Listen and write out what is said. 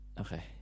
Okay